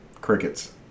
Crickets